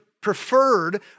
preferred